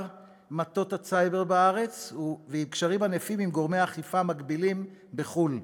מטות הסייבר בארץ וקשרים ענפים עם גורמי אכיפה מקבילים בחו"ל,